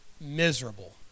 miserable